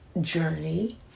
journey